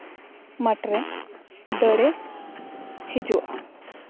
ᱢᱟᱴᱷ ᱨᱮ ᱫᱟᱹᱲᱮ ᱦᱤᱡᱩᱜᱼᱟ